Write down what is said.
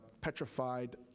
petrified